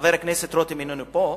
חבר הכנסת רותם איננו פה,